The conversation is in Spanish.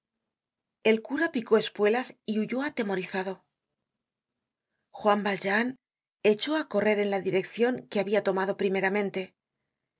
el cura picó espuelas y huyó atemorizado juan valjean echó á correr en la direccion que habia tomado primeramente